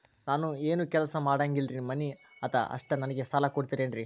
ನಾನು ಏನು ಕೆಲಸ ಮಾಡಂಗಿಲ್ರಿ ಮನಿ ಅದ ಅಷ್ಟ ನನಗೆ ಸಾಲ ಕೊಡ್ತಿರೇನ್ರಿ?